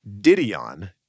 Didion